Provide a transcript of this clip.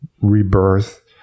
rebirth